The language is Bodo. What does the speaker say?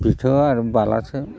बेखौ आरो बालासो